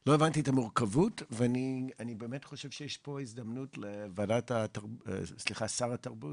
לא הבנתי את המורכבות ואני באמת חושב שיש פה הזדמנות לשר התרבות,